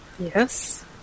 Yes